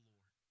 Lord